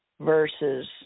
versus